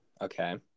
okay